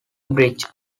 bridge